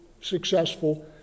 successful